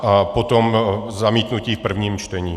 A potom zamítnutí v prvním čtení.